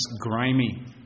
grimy